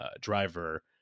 driver